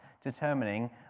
determining